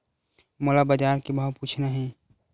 मोला बजार के भाव पूछना हे?